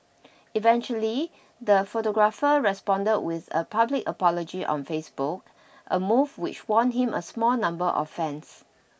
eventually the photographer responded with a public apology on Facebook a move which won him a small number of fans